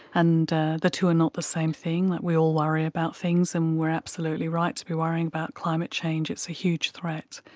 and the two are not the same thing. we all worry about things and we're absolutely right to be worrying about climate change, it's a huge threat.